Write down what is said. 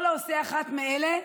כל העושה אחד מאלה,